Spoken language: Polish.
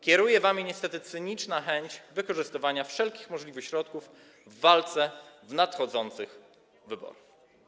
Kieruje wami niestety cyniczna chęć wykorzystywania wszelkich możliwych środków w walce w nadchodzących wyborach.